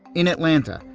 in atlanta,